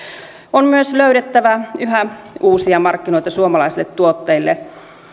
on myös löydettävä yhä uusia markkinoita suomalaisille tuotteille